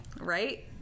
Right